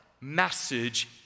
message